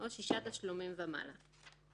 שישה תשלומים ומעלה.